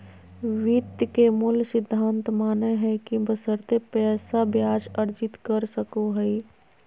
वित्त के मूल सिद्धांत मानय हइ कि बशर्ते पैसा ब्याज अर्जित कर सको हइ